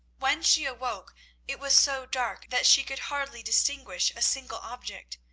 when she awoke it was so dark that she could hardly distinguish a single object.